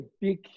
big